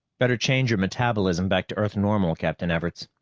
better change your metabolism back to earth-normal, captain everts,